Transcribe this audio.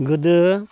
गोदो